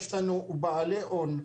יש לנו בעלי הון,